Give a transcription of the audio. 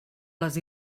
les